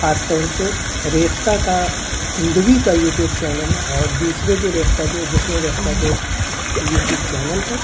خاص طور سے ریختہ کا ہندوی کا یو ٹیوب چینل اور دوسرے جو ریختہ کے جشن ریختہ کے یو ٹیوب چینل ہیں